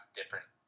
different